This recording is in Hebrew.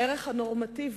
הערך הנורמטיבי,